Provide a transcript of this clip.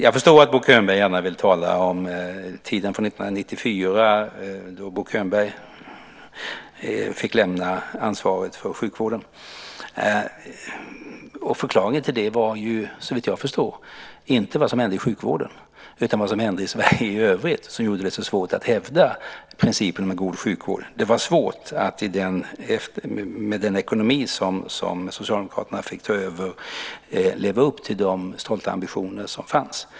Jag förstår att Bo Könberg gärna vill tala om tiden före 1994, då Bo Könberg fick lämna ifrån sig ansvaret för sjukvården. Förklaringen till det var såvitt jag förstår inte vad som hände i sjukvården utan vad som skedde i Sverige i övrigt och som gjorde det så svårt att hävda principen om en god sjukvård. Det var svårt att med den ekonomi som Socialdemokraterna fick ta över leva upp till de stolta ambitioner som fanns.